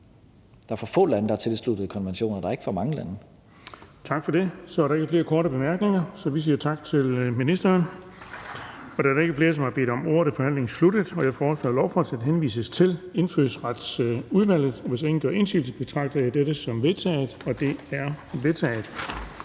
Der er for få lande, der har tilsluttet sig konventionerne. Der er ikke for mange lande. Kl. 15:48 Den fg. formand (Erling Bonnesen): Tak for det. Så er der ikke flere korte bemærkninger, så vi siger tak til ministeren. Da der ikke er flere, der har bedt om ordet, er forhandlingen sluttet. Jeg foreslår, at lovforslaget henvises til Indfødsretsudvalget. Hvis ingen gør indsigelse, betragter jeg det som vedtaget. Det er vedtaget.